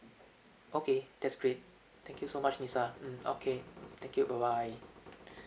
okay that's great thank you so much lisa mm okay mm thank you bye bye